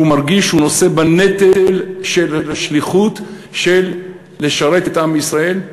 והוא מרגיש שהוא נושא בנטל של השליחות של לשרת את עם ישראל,